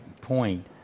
point